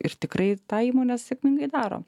ir tikrai tą įmonės sėkmingai daro